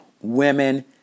Women